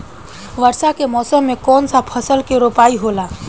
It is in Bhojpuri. वर्षा के मौसम में कौन सा फसल के रोपाई होला?